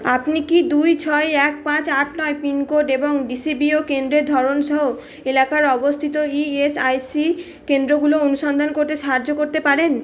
আপনি কি দুই ছয় এক পাঁচ আট নয় পিনকোড এবং ডি সি বি ও কেন্দ্রের ধরন সহ এলাকায় অবস্থিত ই এস আই সি কেন্দ্রগুলো অনুসন্ধান করতে সাহায্য করতে পারেন